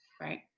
Right